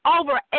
over